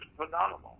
phenomenal